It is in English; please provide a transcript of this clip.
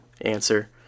answer